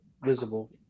visible